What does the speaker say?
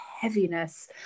heaviness